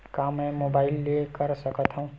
का मै मोबाइल ले कर सकत हव?